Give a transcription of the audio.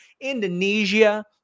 Indonesia